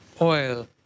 oil